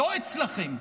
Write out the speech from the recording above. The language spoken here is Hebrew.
לא אצלכם,